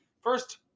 First